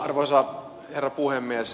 arvoisa herra puhemies